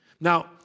Now